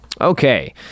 okay